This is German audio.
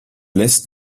lässt